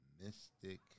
Mystic